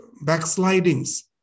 backslidings